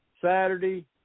Saturday